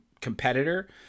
competitor